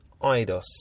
IDOS